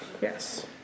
Yes